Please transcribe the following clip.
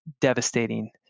devastating